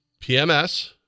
PMS